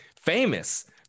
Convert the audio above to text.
Famous